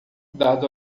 dado